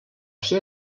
ser